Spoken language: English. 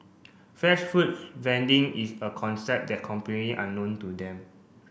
fresh food vending is a concept that completely unknown to them